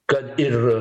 kad ir